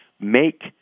make